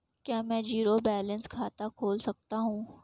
क्या मैं zero balance खाता खोल सकता हूँ?